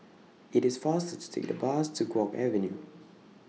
IT IS faster to Take The Bus to Guok Avenue